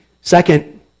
Second